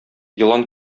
елан